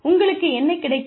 உங்களுக்கு என்ன கிடைக்கும்